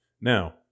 Now